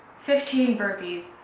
fifteen burpees.